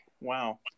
Wow